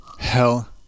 Hell